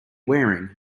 wearing